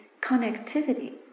connectivity